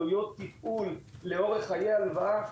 עלויות טיפול לאורך חיי הלוואה,